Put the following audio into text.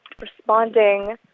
responding